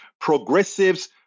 progressives